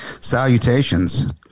Salutations